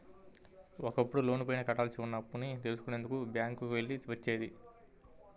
ఒకప్పుడు లోనుపైన కట్టాల్సి ఉన్న అప్పుని తెలుసుకునేందుకు బ్యేంకుకి వెళ్ళాల్సి వచ్చేది